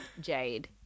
Jade